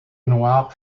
noir